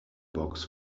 box